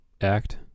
act